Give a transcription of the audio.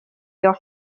your